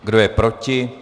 Kdo je proti?